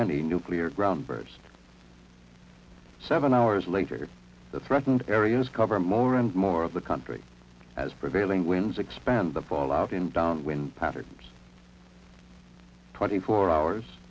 any nuclear groundbreakers seven hours later the threatened areas covered more and more of the country as prevailing winds expand the fallout in downwind patterns twenty four hours